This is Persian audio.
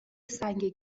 سنگ